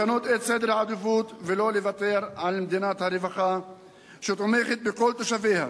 לשנות את סדר העדיפות ולא לוותר על מדינת הרווחה שתומכת בכל תושביה.